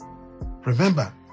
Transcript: Remember